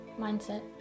mindset